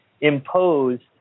imposed